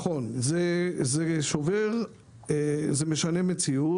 זה משנה מציאות.